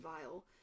vile